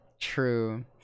true